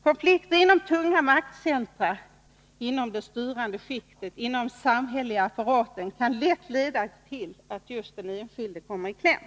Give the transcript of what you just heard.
Konflikter inom det styrande skiktets tunga maktcentra, inom den samhälleliga apparaten, kan lätt leda till att just den enskilde kommer i kläm.